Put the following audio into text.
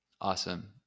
Awesome